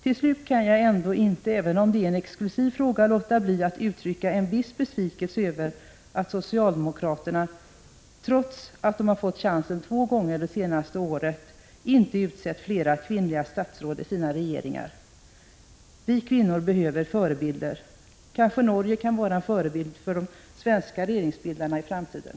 Till slut kan jag ändå inte — även om det är en exklusiv fråga — låta bli att uttrycka en viss besvikelse över att socialdemokraterna, trots att de har fått chansen två gånger under det senaste året, inte utsett fler kvinnliga statsråd i sina regeringar. Vi kvinnor behöver förebilder! Kanske Norge kan vara en förebild för de svenska regeringsbildarna i framtiden.